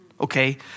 okay